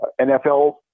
NFL